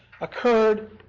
occurred